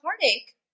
heartache